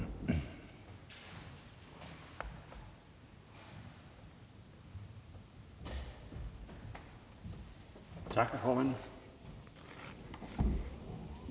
så kom igen.